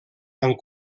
amb